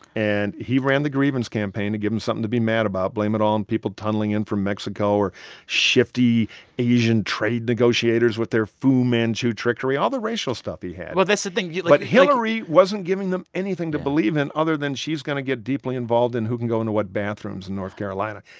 and he ran the grievance campaign to give them something to be mad about, blame it all on people tunneling in from mexico or shifty asian trade negotiators with their fu manchu trickery all the racial stuff he had well, that's the thing. like. yeah but hillary wasn't giving them anything to believe in other than she's going to get deeply involved in who can go into what bathrooms in north carolina.